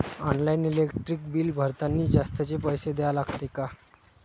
Online electric bill भरतानी जास्तचे पैसे द्या लागते का?